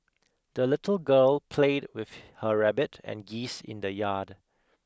the little girl played with her rabbit and geese in the yard